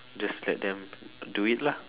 just let them do it lah